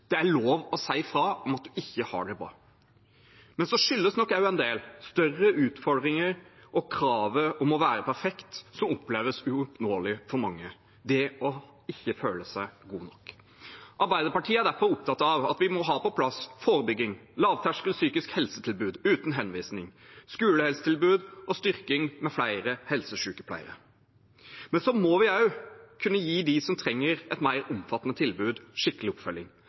det er lov å si fra om at man ikke har det bra. Men så skyldes nok også en del større utfordringer og kravet om å være perfekt, som oppleves uoppnåelig for mange – det å ikke føle seg god nok. Arbeiderpartiet er derfor opptatt av at vi må ha på plass forebygging, lavterskel psykisk helse-tilbud uten henvisning, skolehelsetilbud og styrking med flere helsesykepleiere. Vi må også kunne gi dem som trenger et mer omfattende tilbud, skikkelig oppfølging.